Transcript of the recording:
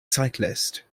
cyclist